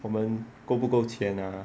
我们够不够钱啊